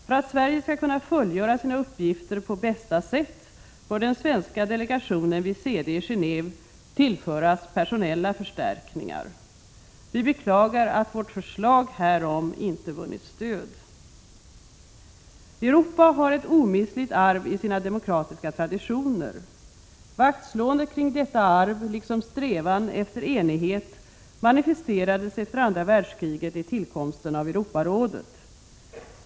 För att Sverige skall kunna fullgöra sina uppgifter på bästa sätt bör den svenska delegationen vid CD i Geneve tillföras personella förstärkningar. Vi beklagar att vårt förslag härom inte vunnit stöd. Europa har ett omistligt arv i sina demokratiska traditioner. Vaktslåendet kring detta arv liksom strävan efter enighet manifesterades efter andra världskriget i tillkomsten av Europarådet.